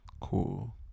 Cool